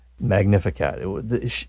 Magnificat